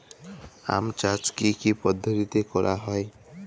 আম চাষ কি কি পদ্ধতিতে করা হয়?